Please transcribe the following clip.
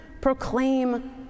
proclaim